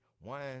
one